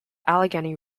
allegheny